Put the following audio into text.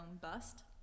bust